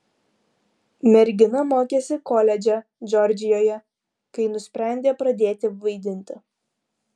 mergina mokėsi koledže džordžijoje kai nusprendė pradėti vaidinti